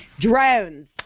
Drones